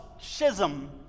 schism